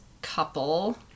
couple